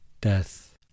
death